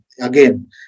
again